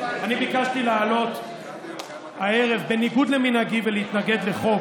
אני ביקשתי לעלות הערב בניגוד למנהגי ולהתנגד לחוק,